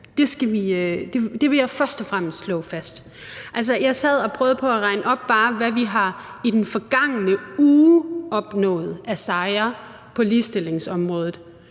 Det vil jeg først og fremmest slå fast. Altså, jeg sad og prøvede på at opregne, hvad vi bare i den forgangne uge har opnået af sejre på ligestillingsområdet,